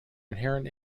inherent